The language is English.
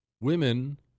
women